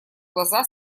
глаза